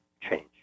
change